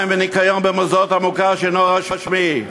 מים וניקיון במוסדות המוכר שאינו רשמי,